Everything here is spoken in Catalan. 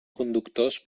conductors